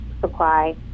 supply